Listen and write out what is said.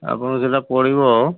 ଆପଣଙ୍କୁ ସେଇଟା ପଡ଼ିବ